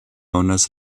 owners